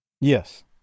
yes